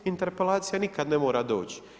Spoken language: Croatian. Interpelacija nikada ne mora doći.